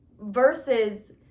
versus